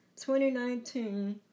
2019